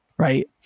Right